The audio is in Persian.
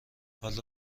حال